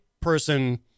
person